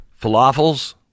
falafels